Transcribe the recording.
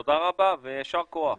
תודה רבה ויישר כוח.